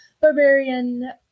barbarian